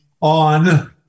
on